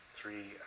three